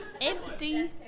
Empty